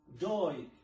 joy